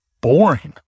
boring